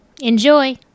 Enjoy